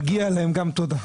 מגיע להם גם תודה.